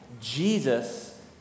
Jesus